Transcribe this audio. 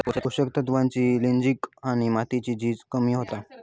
पोषक तत्त्वांची लिंचिंग आणि मातीची झीज कमी होता